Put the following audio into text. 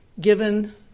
given